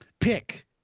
pick